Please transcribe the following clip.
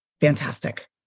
fantastic